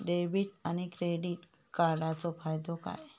Debit आणि credit कार्डचो फायदो काय?